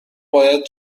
باید